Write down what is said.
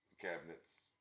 cabinets